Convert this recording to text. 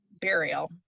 burial